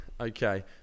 Okay